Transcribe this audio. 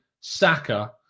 Saka